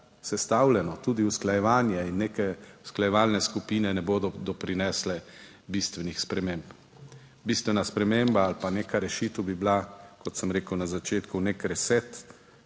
sestavljeno, tudi usklajevanje in neke usklajevalne skupine ne bodo doprinesle bistvenih sprememb. Bistvena sprememba ali pa neka rešitev bi bila, kot sem rekel na začetku, nek reset